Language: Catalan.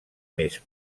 més